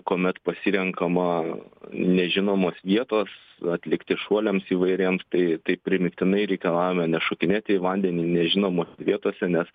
kuomet pasirenkama nežinomos vietos atlikti šuoliams įvairiems tai tai primygtinai reikalaujame nešokinėti į vandenį nežinomose vietose nes